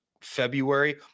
February